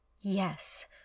Yes